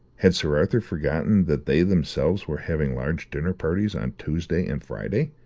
had sir arthur forgotten that they themselves were having large dinner-parties on tuesday and friday?